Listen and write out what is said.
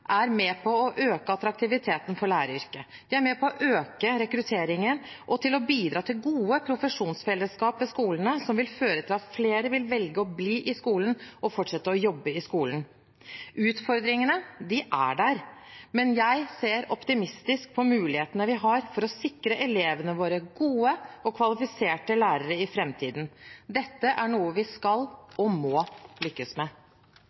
å bidra til gode profesjonsfellesskap i skolene, noe som vil føre til at flere vil velge å bli og fortsette å jobbe i skolen. Utfordringene er der, men jeg ser optimistisk på mulighetene vi har for å sikre elevene våre gode og kvalifiserte lærere i framtiden. Dette er noe vi skal og må lykkes med.